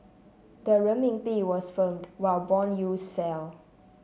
the Renminbi was firm while bond yields fell